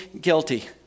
guilty